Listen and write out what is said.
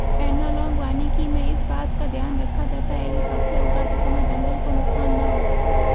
analogue वानिकी में इस बात का ध्यान रखा जाता है कि फसलें उगाते समय जंगल को नुकसान ना हो